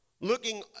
Looking